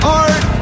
art